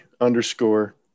underscore